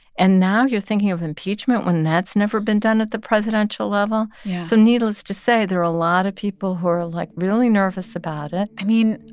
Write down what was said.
and now you're thinking of impeachment when that's never been done at the presidential level yeah so needless to say, there are a lot of people who are, like, really nervous about it i mean,